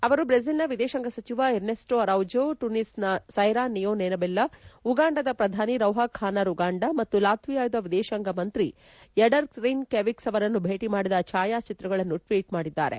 ಅವರು ಬ್ರೆಜಿಲ್ನ ವಿದೇಶಾಂಗ ಸಚಿವ ಇರ್ನೇಸ್ಟೋ ಅರೌಜೋ ಟುನೀಸ್ನ ಸೈರಾ ನಿಯೋನೆನಬೆಲ್ಲಾ ಉಗಾಂಡದ ಪ್ರಧಾನಿ ರೌಹಾಖಾನಾ ರುಗಂಡ ಮತ್ತು ಲಾತ್ವಿಯಾದ ವಿದೇಶಾಂಗ ಮಂತ್ರಿ ಎಡರ್ಗ್ಸ್ರಿನ್ ಕೆವಿಕ್ಸ್ ಅವರನ್ನು ಭೇಟ ಮಾಡಿದ ಛಾಯಾಚಿತ್ರಗಳನ್ನು ಟ್ವೀಟ್ ಮಾಡಿದ್ದಾರೆ